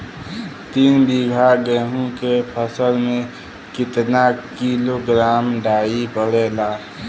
तीन बिघा गेहूँ के फसल मे कितना किलोग्राम डाई पड़ेला?